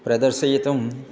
प्रदर्शयितुम्